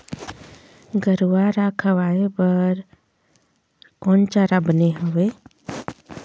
गरवा रा खवाए बर कोन चारा बने हावे?